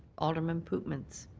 alderman pootmans.